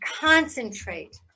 concentrate